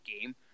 game